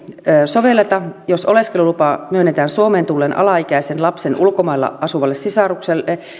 sovelleta jos oleskelulupa myönnetään suomeen tulleen alaikäisen lapsen ulkomailla asuvalle sisarukselle